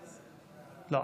--- לא.